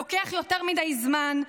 לוקח יותר מדי זמן,